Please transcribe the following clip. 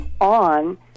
on